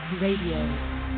Radio